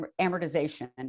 amortization